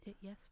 yes